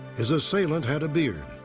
his assailant had a beard.